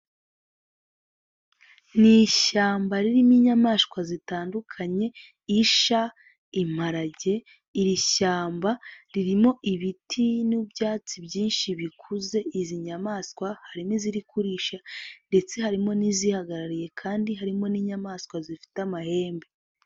Ni ishyamba ririmo inyamaswa zitandukanye isha, imparage iri shyamba ririmo ibiti n'ibyatsi byinshi bikuze, izi nyamaswa harimo iziri kurisha ndetse harimo n'izihagarariye kandi harimo n'inyamaswa zifite amahembe.